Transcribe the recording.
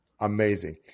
Amazing